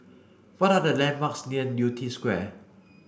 what are the landmarks near Yew Tee Square